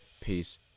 peace